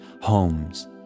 homes